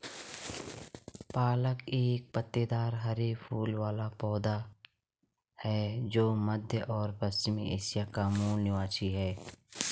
पालक एक पत्तेदार हरे फूल वाला पौधा है जो मध्य और पश्चिमी एशिया का मूल निवासी है